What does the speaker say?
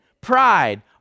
pride